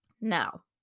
Now